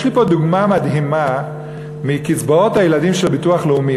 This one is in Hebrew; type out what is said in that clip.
יש לי פה דוגמה מדהימה מקצבאות הילדים של הביטוח הלאומי.